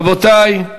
רבותי,